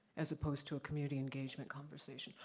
as opposed to a community engagement conversation?